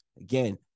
Again